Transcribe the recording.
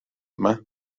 yma